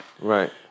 Right